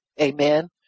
Amen